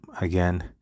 again